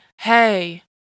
hey